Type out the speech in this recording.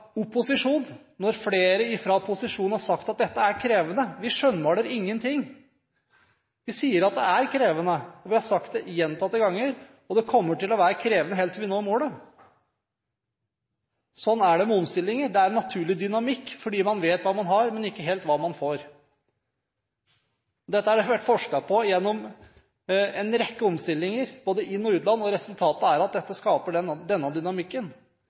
opposisjonen når flere fra posisjonen har sagt at dette er krevende. Vi skjønnmaler ingen ting. Vi sier at det er krevende, vi har sagt det gjentatte ganger, og det kommer til å være krevende helt til vi når målet. Sånn er det med omstillinger. Det er en naturlig dynamikk fordi man vet hva man har, men ikke helt vet man får. Dette har det vært forsket på gjennom en rekke omstillinger i både inn- og utland, og resultatet er at dette skaper denne dynamikken.